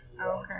Okay